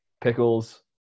Pickles